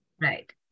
Right